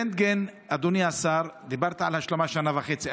רנטגן, אדוני השר, דיברת על השלמה שנה וחצי.